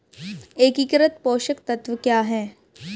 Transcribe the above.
एकीकृत पोषक तत्व क्या है?